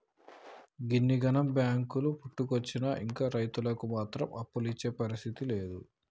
గిన్నిగనం బాంకులు పుట్టుకొచ్చినా ఇంకా రైతులకు మాత్రం అప్పులిచ్చే పరిస్థితి లేదు